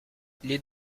les